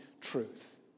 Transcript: truth